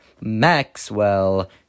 Maxwell